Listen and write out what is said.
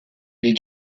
les